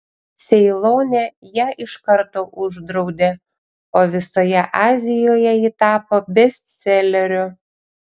ceilone ją iš karto uždraudė o visoje azijoje ji tapo bestseleriu